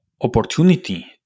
opportunity